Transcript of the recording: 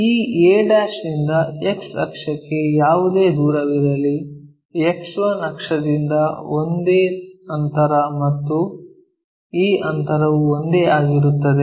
ಈ a' ನಿಂದ X ಅಕ್ಷಕ್ಕೆ ಯಾವುದೇ ದೂರವಿರಲಿ X1 ಅಕ್ಷದಿಂದ ಒಂದೇ ಅಂತರ ಮತ್ತು ಈ ಅಂತರವು ಒಂದೇ ಆಗಿರುತ್ತದೆ